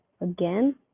Again